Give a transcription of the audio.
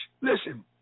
Listen